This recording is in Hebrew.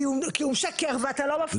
כי הוא משקר ואתה לא מפסיק אותו.